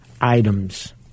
items